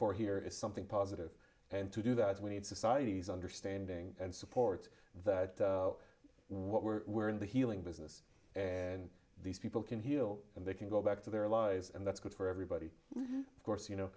for here is something positive and to do that we need society's understanding and support that what we're we're in the healing business and these people can heal and they can go back to their lives and that's good for everybody of course you know